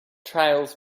trials